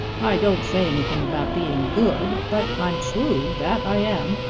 i don't say anything about being good but i'm true that i am.